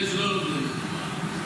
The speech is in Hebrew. אלה שלא לומדים תורה,